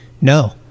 no